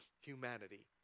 humanity